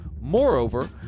Moreover